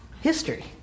history